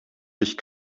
sich